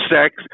sex